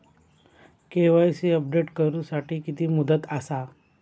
KYC update करू साठी किती मुदत आसा?